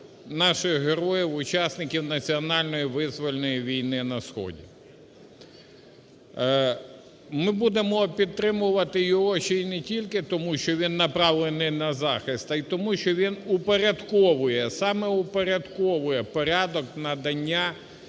наших героїв у часників національної визвольної війни на сході. Ми будемо підтримувати його ще й не тільки тому, що він направлений на захист, а й тому, що він упорядковує, саме упорядковує порядок надання